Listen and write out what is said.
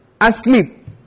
asleep